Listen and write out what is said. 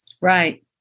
Right